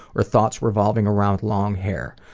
or thoughts revolving around long hair.